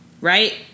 Right